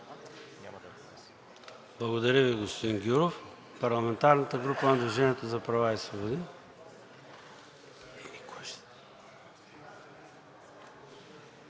Благодаря Ви, господин Гюров. От парламентарната група на „Движение за права и свободи“.